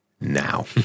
now